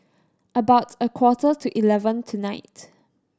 about a quarter to eleven tonight